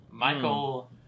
Michael